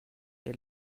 est